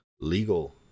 legal